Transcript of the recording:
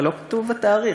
אבל לא כתוב התאריך.